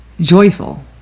joyful